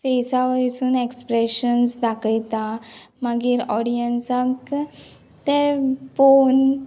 फेसा वयसून एक्सप्रेशन्स दाखयता मागीर ऑडियन्साक ते पोवून